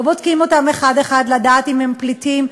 לא בודקים אותם אחד-אחד לדעת אם הם פליטים,